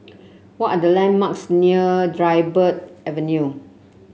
what are the landmarks near Dryburgh Avenue